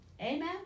Amen